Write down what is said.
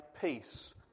peace